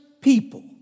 people